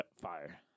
Fire